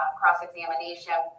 cross-examination